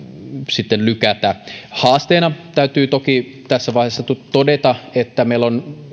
pitkittää haasteena täytyy toki tässä vaiheessa todeta että meillä on